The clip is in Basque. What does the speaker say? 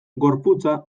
gorputza